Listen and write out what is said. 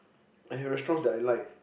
I have restaurants that I like